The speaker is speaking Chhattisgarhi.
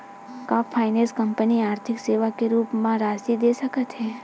का फाइनेंस कंपनी आर्थिक सेवा के रूप म राशि दे सकत हे?